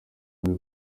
amy